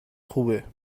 خوبه